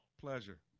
Pleasure